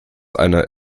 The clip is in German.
einer